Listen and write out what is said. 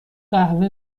قهوه